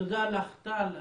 תודה לך, טל.